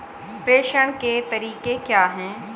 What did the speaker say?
प्रेषण के तरीके क्या हैं?